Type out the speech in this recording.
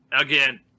Again